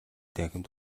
танхимд